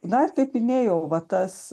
dar kaip minėjau va tas